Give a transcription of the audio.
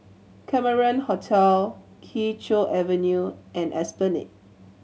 Cameron Hotel Kee Choe Avenue and Esplanade